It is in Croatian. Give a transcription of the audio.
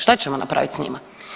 Šta ćemo napraviti sa njima?